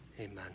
Amen